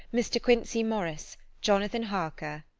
mr. quincey morris, jonathan harker,